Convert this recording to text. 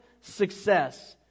success